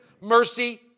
mercy